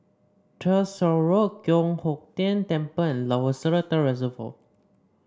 Tyersall Road Giok Hong Tian Temple and Lower Seletar Reservoir